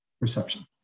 perception